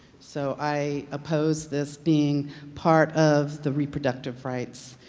so i oppose this being part of the reproductive rights